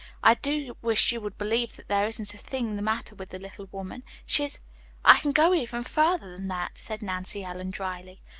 i do wish you would believe that there isn't a thing the matter with the little woman, she's i can go even farther than that, said nancy ellen, dryly.